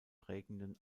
prägenden